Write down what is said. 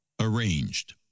arranged